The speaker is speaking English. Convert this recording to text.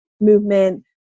movement